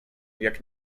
jak